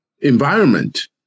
environment